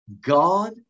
God